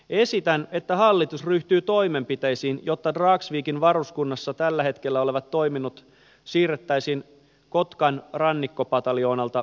esitän että hallitus ryhtyy toimenpiteisiin jotta dragsvikin varuskunnassa tällä hetkellä olevat toiminnot siirrettäisiin kotkan rannikkopataljoonalta vapautuviin tiloihin